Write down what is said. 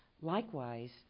Likewise